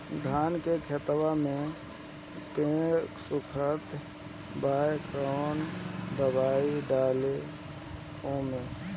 धान के खेतवा मे पेड़ सुखत बा कवन दवाई डाली ओमे?